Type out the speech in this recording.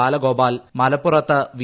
ബാലഗോപാൽ മലപ്പുറത്ത് വി